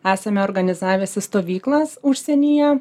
esame organizavęsi stovyklas užsienyje